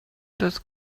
das